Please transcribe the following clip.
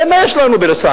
הרי מה יש לנו ברצועת-עזה?